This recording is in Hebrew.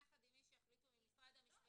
יחד עם מי שיחליטו ממשרד המשפטים.